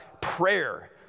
prayer